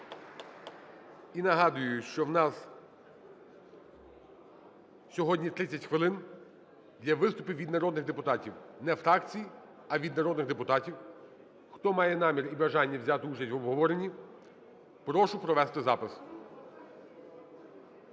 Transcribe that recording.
І нагадую, що у нас сьогодні 30 хвилин для виступів від народних депутатів, не фракцій, а від народних депутатів. Хто має намір і бажання взяти участь в обговоренні, прошу провести запис.